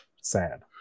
sad